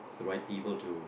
the right people to